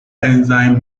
enzyme